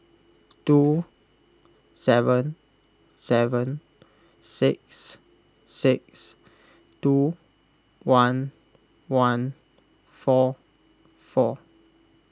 two seven seven six six two one one four four